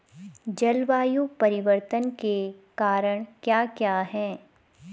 जलवायु परिवर्तन के कारण क्या क्या हैं?